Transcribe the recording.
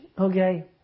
okay